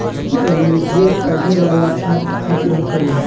ई वाणिज्य पढ़े वाला छात्र खातिर होखेला